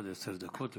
דקות לרשותך,